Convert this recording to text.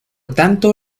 tanto